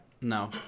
No